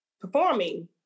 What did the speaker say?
performing